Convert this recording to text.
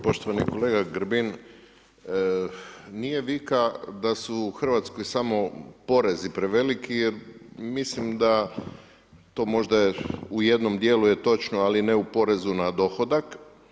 Poštovani kolega Grbin, nije vika da su u Hrvatskoj samo porezi preveliki jer mislim da to možda je u jednom točno ali ne u porezu na dohodak.